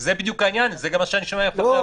זה בדיוק העניין, זה גם מה שאני שואל את הוועדה.